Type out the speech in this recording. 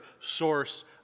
source